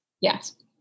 Yes